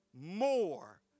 more